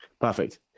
Perfect